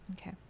okay